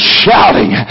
shouting